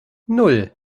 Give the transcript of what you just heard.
nan